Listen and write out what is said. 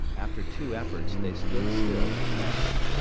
after two efforts, they stood still, panting.